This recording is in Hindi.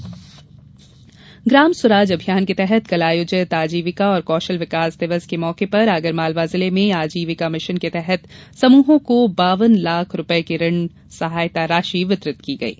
चेक वितरण ग्रम स्वराज अभियान के तहत कल आयोजित आजीविका और कौशल विकास दिवस के मौके पर आगरमालवा जिले में आजीविका मिशन के तहत समूहों को बावन लाख रूपये की ऋण सहायता राशि वितरित की गयी